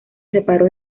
separó